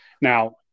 now